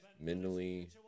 Mentally